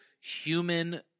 human